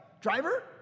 driver